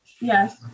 Yes